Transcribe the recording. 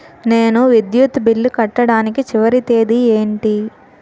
నేను విద్యుత్ బిల్లు కట్టడానికి చివరి తేదీ ఏంటి?